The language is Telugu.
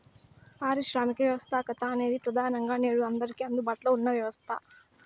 పారిశ్రామిక వ్యవస్థాపకత అనేది ప్రెదానంగా నేడు అందరికీ అందుబాటులో ఉన్న వ్యవస్థ